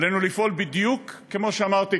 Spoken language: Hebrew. עלינו לפעול בדיוק כמו שאמרתי,